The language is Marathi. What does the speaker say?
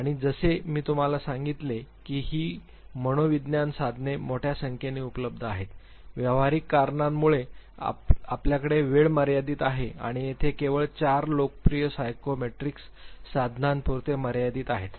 आणि जसे मी तुम्हाला सांगितले आहे की मनोविज्ञान साधने मोठ्या संख्येने उपलब्ध आहेत व्यावहारिक कारणांमुळे आमच्याकडे वेळ मर्यादित आहे आणि तेथे केवळ 4 लोकप्रिय सायकोमेट्रिक्स साधनांपुरते मर्यादित आहेत